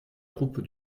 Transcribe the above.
troupes